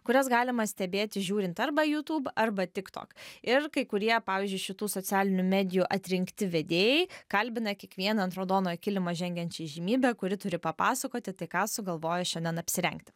kurias galima stebėti žiūrint arba jutūb arba tik tok ir kai kurie pavyzdžiui šitų socialinių medijų atrinkti vedėjai kalbina kiekvieną ant raudonojo kilimo žengiančią įžymybę kuri turi papasakoti tai ką sugalvojo šiandien apsirengti